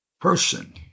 person